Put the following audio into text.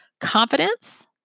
confidence